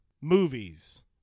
movies